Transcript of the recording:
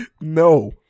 No